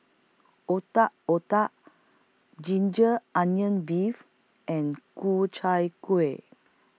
Otak Otak Ginger Onions Beef and Ku Chai Kuih